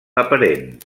aparent